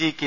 G K